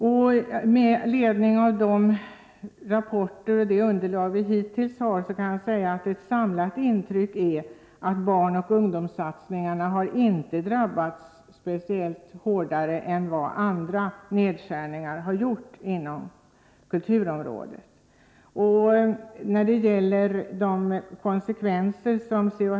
På grundval av de rapporter och det underlag i övrigt som vi hittills har kan jag säga att ett samlat intryck är att barnoch ungdomssatsningarna inte har drabbats hårdare av nedskärningarna än andra satsningar inom kulturområdet. Det finns nog inte underlag för att så säkert som C.-H.